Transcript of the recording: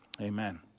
Amen